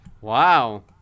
wow